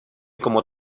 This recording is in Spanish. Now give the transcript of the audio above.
como